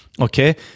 okay